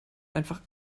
einfach